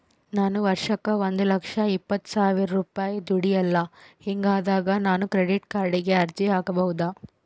ನಾನು ವರ್ಷಕ್ಕ ಒಂದು ಲಕ್ಷ ಇಪ್ಪತ್ತು ಸಾವಿರ ರೂಪಾಯಿ ದುಡಿಯಲ್ಲ ಹಿಂಗಿದ್ದಾಗ ನಾನು ಕ್ರೆಡಿಟ್ ಕಾರ್ಡಿಗೆ ಅರ್ಜಿ ಹಾಕಬಹುದಾ?